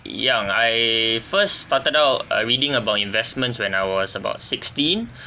young I first started out uh reading about investments when I was about sixteen